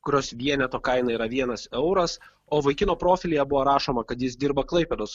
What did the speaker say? kurios vieneto kaina yra vienas euras o vaikino profilyje buvo rašoma kad jis dirba klaipėdos